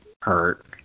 hurt